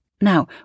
Now